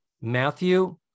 Matthew